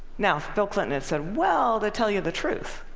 now if bill clinton had said, well, to tell you the truth.